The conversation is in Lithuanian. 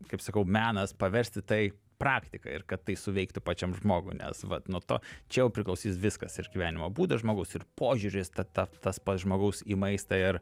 kaip sakau menas paversti tai praktika ir kad tai suveiktų pačiam žmogui nes vat nuo to čia jau priklausys viskas ir gyvenimo būdas žmogaus ir požiūris ta ta tas pats žmogaus į maistą ir